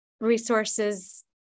resources